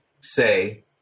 say